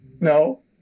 No